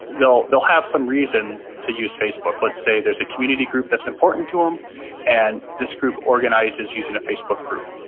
they'll they'll have some reason to use facebook let's say there's a community group that's important to them and this group organizes using a facebook group.